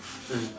mm